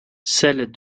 celle